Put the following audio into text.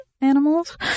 animals